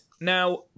Now